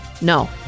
No